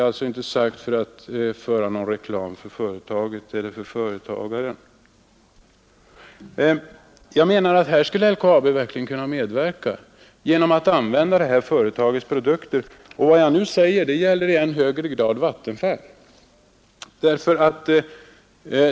Detta är inte sagt för att göra reklam för företaget eller företagaren. Här skulle LKAB verkligen kunna medverka genom att använda detta företags produkter, och vad jag nu säger gäller i ännu högre grad Vattenfall.